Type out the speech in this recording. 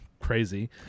crazy